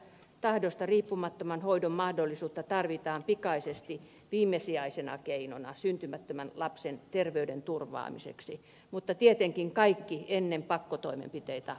tahdosta riippumattoman hoidon mahdollisuutta tarvitaan pikaisesti viimesijaisena keinona syntymättömän lapsen terveyden turvaamiseksi mutta tietenkin kaikki on tehtävä ennen pakkotoimenpiteitä